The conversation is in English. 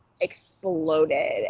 exploded